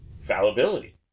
fallibility